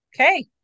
okay